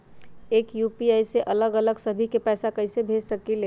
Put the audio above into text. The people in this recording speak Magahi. एक यू.पी.आई से अलग अलग सभी के पैसा कईसे भेज सकीले?